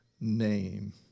name